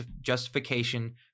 justification